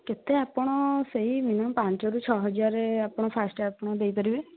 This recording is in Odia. କେତେ ଆପଣ ସେଇ ମିନିମମ୍ ପାଞ୍ଚ ରୁ ଛଅ ହଜାର ଆପଣ ଷ୍ଟାର୍ଟ ଆପଣ ଦେଇପାରିବେ